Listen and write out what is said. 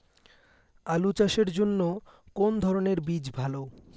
আলু চাষের জন্য কোন ধরণের বীজ ভালো?